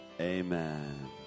Amen